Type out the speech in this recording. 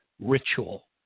ritual